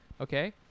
okay